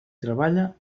treballa